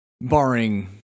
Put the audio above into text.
barring